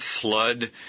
flood